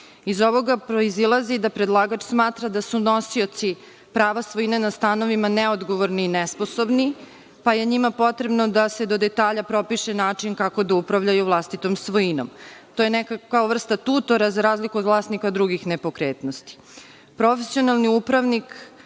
ovoga proizilazi da predlagač smatra da su nosioci prava svojine na stanovima neodgovorni i nesposobni, pa je njima potrebno da se do detalja propiše način kako da upravljaju vlastitom svojinom. To je kao neka vrsta tutora, za razliku od vlasnika drugih nepokretnosti. Profesionalni upravnik